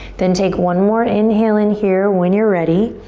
then take one more inhale in here when you're ready.